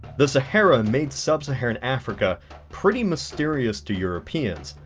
the sahara made sub-saharan africa pretty mysterious to europeans,